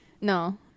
no